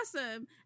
awesome